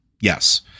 Yes